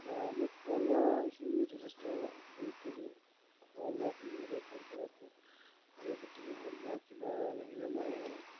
বা মোক খোৱা লোৱাখিনি যথেষ্ট গুৰুত্ব দিওঁ খোৱা লোৱাখিনি সদায় ভালকৈ ৰাখোঁ বা ৱে প্ৰ'টিনেই হওক বা কিবা লাগিলে মই